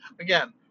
again